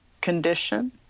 condition